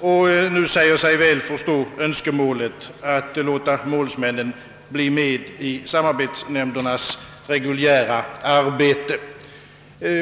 och säger sig väl förstå önskemålet att målsmännen skall bli med i samarbetsnämndernas reguljära arbete.